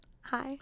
Hi